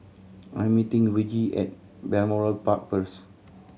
I am meeting Virgie at Balmoral Park first